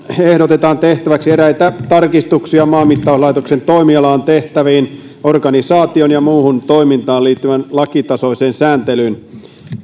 ehdotetaan tehtäväksi eräitä tarkistuksia maanmittauslaitoksen toimialaan tehtäviin organisaatioon ja muuhun toimintaan liittyvään lakitasoiseen sääntelyyn